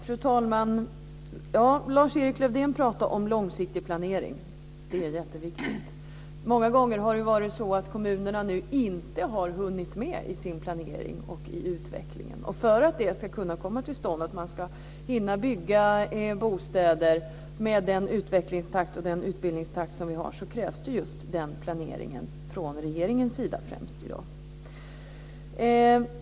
Fru talman! Lars-Erik Lövdén pratar om långsiktig planering. Det är jätteviktigt. Många gånger har det ju varit så att kommunerna inte har hunnit med i sin planering och i utvecklingen. För att det ska kunna komma till stånd, för att man ska hinna bygga bostäder med den utvecklingstakt och den utbildningstakt som vi har, krävs det just den planeringen från främst regeringens sida i dag.